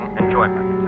enjoyment